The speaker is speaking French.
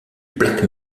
black